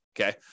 Okay